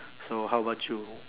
so how about you